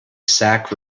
sack